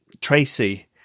Tracy